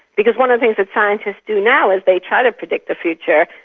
because one of the things that scientists do now is they try to predict the future,